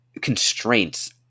constraints